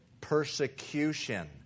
Persecution